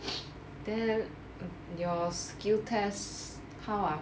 then then your skill test how ah